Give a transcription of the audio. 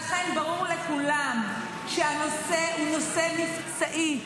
לכן, ברור לכולם שהנושא הוא נושא מבצעי.